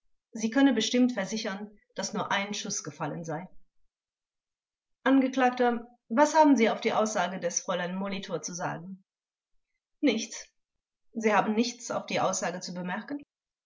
sie könne bestimmt versichern daß nur ein schuß gefallen sei vors angeklagter was haben sie auf die aussage des frl molitor zu sagen angekl nichts vors sie haben nichts auf die aussage zu bemerken